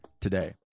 today